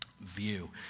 view